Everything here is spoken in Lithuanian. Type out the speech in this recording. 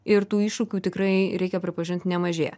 ir tų iššūkių tikrai reikia pripažint nemažėja